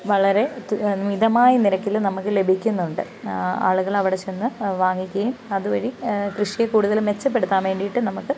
വളരെ മിതമായ നിരക്കിൽ നമുക്ക് ലഭിക്കുന്നുണ്ട് ആളുകൾ അവിടെ ചെന്ന് വാങ്ങിക്കുകയും അതുവഴി കൃഷിയെ കൂടുതൽ മെച്ചപ്പെടുത്താൻ വേണ്ടിട്ട് നമുക്ക്